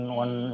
one